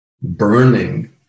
burning